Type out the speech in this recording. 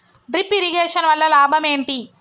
Drip irrigation వల్ల లాభం ఏంటి?